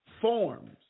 forms